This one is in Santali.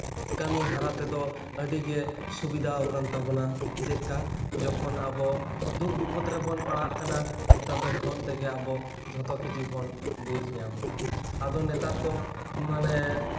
ᱠᱟᱹᱢᱤ ᱦᱚᱨᱟ ᱛᱮᱫᱚ ᱟᱹᱰᱤᱜᱮ ᱥᱩᱵᱤᱫᱷᱟᱣ ᱠᱟᱱ ᱛᱟᱵᱚᱱᱟ ᱪᱮᱫ ᱠᱟ ᱡᱚᱠᱷᱚᱱ ᱟᱵᱚ ᱫᱩᱠᱷ ᱵᱤᱯᱚᱫᱽ ᱨᱮᱵᱚᱱ ᱯᱟᱲᱟᱜ ᱠᱟᱱᱟ ᱱᱮᱛᱟᱨ ᱫᱚ ᱯᱷᱳᱱ ᱛᱮᱜᱮ ᱟᱵᱚ ᱡᱷᱚᱛᱚ ᱠᱤᱪᱷᱩ ᱵᱚᱱ ᱵᱩᱡᱽ ᱧᱟᱢᱫᱟ ᱟᱫᱚ ᱱᱮᱛᱟᱨ ᱫᱚ ᱢᱟᱱᱮ